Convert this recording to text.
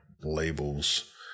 labels